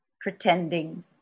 pretending